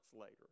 later